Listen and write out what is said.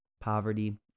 poverty